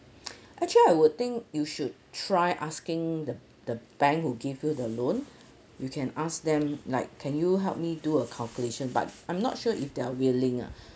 actually I would think you should try asking the the bank who give you the loan you can ask them like can you help me do a calculation but I'm not sure if they're willing ah